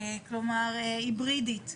כלומר היברידית.